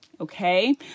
Okay